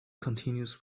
continues